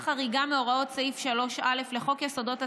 חריגה מהוראות סעיף 3א לחוק יסודות התקציב,